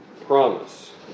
promise